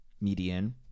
Median